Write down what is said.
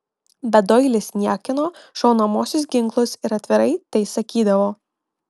bet doilis niekino šaunamuosius ginklus ir atvirai tai sakydavo